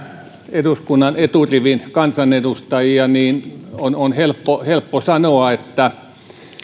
eduskunnan eturivin kansanedustajia niin on on helppo helppo sanoa että